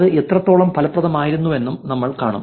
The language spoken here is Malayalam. അത് എത്രത്തോളം ഫലപ്രദമായിരുന്നുവെന്നും നമ്മൾ കാണും